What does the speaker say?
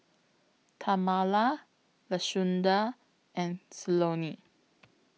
Tamala Lashunda and Cleone